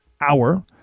hour